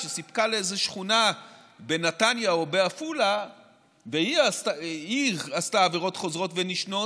שסיפקה לאיזו שכונה בנתניה או בעפולה והיא עשתה עבירות חוזרות ונשנות,